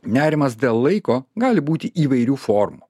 nerimas dėl laiko gali būti įvairių formų